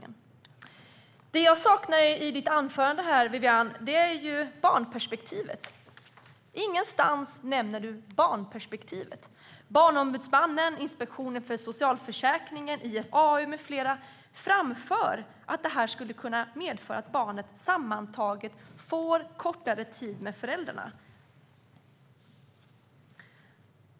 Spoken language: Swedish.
Det som jag saknar i ditt anförande, Wiwi-Anne, är barnperspektivet. Ingenstans nämner du det. Barnombudsmannen, Inspektionen för socialförsäkringen, IFAU med flera framför att detta skulle kunna medföra att barnen sammantaget får kortare tid med föräldrarna.